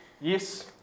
Yes